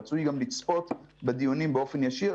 רצוי גם לצפות בדיונים באופן ישיר.